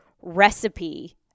recipe